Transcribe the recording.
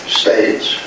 states